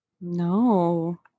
No